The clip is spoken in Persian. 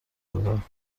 دادن